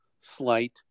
slight